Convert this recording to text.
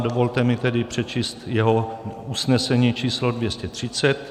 Dovolte mi tedy přečíst jeho usnesení číslo 230.